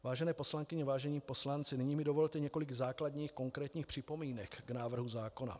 Vážené poslankyně, vážení poslanci, nyní mi dovolte několik základních konkrétních připomínek k návrhu zákona.